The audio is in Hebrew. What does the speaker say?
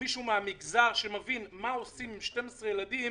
מישהו מן המגזר שמבין מה עושים עם 12 ילדים,